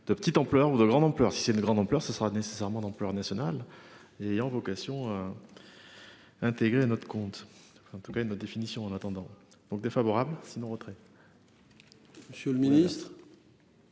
de petite ampleur ou de grande ampleur. Si c'est une grande ampleur, ce sera nécessairement d'ampleur nationale et ayant vocation. Intégrer à notre compte. En tous cas une haute définition. En attendant donc défavorable sinon retrait. Monsieur le Ministre.